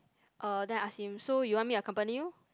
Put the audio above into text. uh then I ask him so you want me accompany you